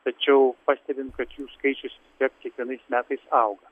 tačiau pastebim kad jų skaičius kiekvienais metais auga